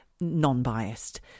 non-biased